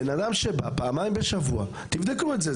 אדם שבא פעמיים בשבוע, תבדקו את זה.